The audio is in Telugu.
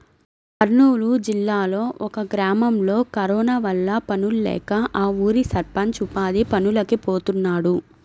కర్నూలు జిల్లాలో ఒక గ్రామంలో కరోనా వల్ల పనుల్లేక ఆ ఊరి సర్పంచ్ ఉపాధి పనులకి పోతున్నాడు